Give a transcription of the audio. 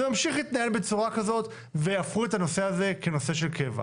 זה ממשיך להתנהל בצורה כזאת והפכו את הנושא הזה כנושא של קבע.